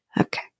okay